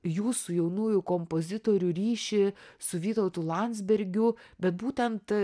jūsų jaunųjų kompozitorių ryšį su vytautu landsbergiu bet būtent